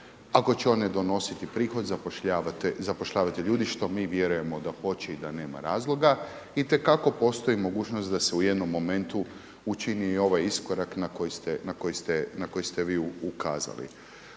ako će one donositi prihod, zapošljavati ljude što mi vjerujemo da hoće i da nema razloga itekako postoji mogućnost da se u jednom momentu učini i ovaj iskorak na koji ste vi ukazali.